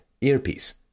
earpiece